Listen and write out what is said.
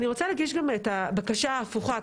אני רוצה להגיש גם את הבקשה ההפוכה.